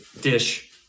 dish